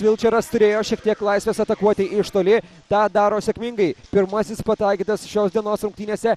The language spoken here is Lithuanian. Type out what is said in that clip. vilčeras turėjo šiek tiek laisvės atakuoti iš toli tą daro sėkmingai pirmasis pataikytas šios dienos rungtynėse